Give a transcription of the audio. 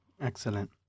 Excellent